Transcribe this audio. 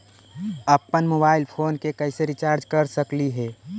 अप्पन mobile phone के कैसे रिचार्ज कर सकली हे?